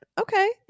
okay